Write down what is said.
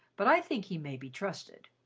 but i think he may be trusted.